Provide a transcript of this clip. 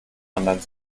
anderen